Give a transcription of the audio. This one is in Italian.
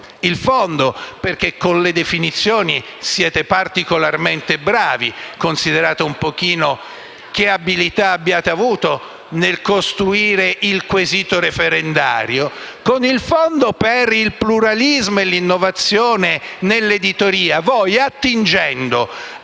(il «fondo», perché voi con le definizioni siete particolarmente bravi, considerato un pochino che abilità avete avuto nel costruire il quesito referendario); con il fondo per il pluralismo e l'innovazione nell'editoria voi, attingendo